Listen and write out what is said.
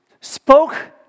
spoke